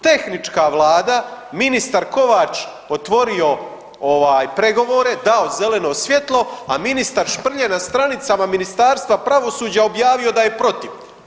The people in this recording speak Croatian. Tehnička Vlada ministar Kovač otvorio pregovore, dao zeleno svjetlo, a ministar Šprlje na stranicama Ministarstva pravosuđa objavio da je protiv.